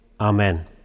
amen